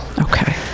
Okay